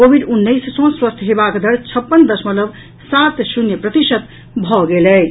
Covid उन्नैस सॅ स्वस्थ हेबाक दर छप्पन दशमलव सात शून्य प्रतिशत भऽ गेल अछि